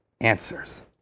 answers